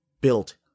built